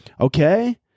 Okay